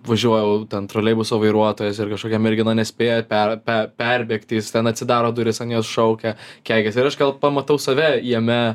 važiuoju ten troleibuso vairuotojas ir kažkokia mergina nespėja per per per perbėgti jis ten atsidaro durys ant jos šaukia keikiasi ir aš gal pamatau save jame